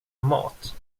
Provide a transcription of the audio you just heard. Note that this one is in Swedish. mat